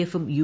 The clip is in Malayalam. എഫും യു